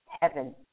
heaven